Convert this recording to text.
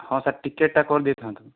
ହଁ ସାର୍ ଟିକେଟ୍ଟା କରିଦେଇଥାନ୍ତୁ